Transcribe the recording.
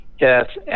Yes